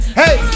hey